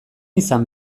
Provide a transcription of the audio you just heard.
izan